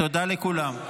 תודה לכולם.